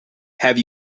have